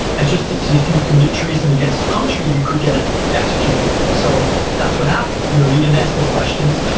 and just as if you commit treason against the country, you could get executed. so that's what happened. you know you didn't ask no questions.